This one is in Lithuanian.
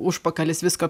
užpakalis visko